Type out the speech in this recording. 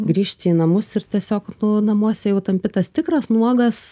grįžti į namus ir tiesiog namuose jau tampi tas tikras nuogas